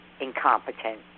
incompetent